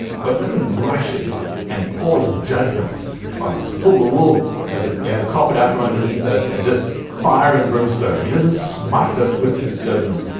god doesn't rush in and pause judgements on us, pull the wool of the yeah the carpet out from underneath us and just fire and brimstone. he doesn't smite us with his judgment.